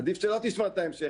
עדיף שלא תשמע את ההמשך.